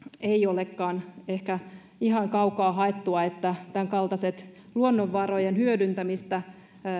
ei olekaan ehkä ihan kaukaa haettua että tämän kaltaiset luonnonvarojen hyödyntämistä